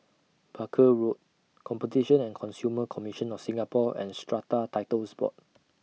Barker Road Competition and Consumer Commission of Singapore and Strata Titles Board